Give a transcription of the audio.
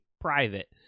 Private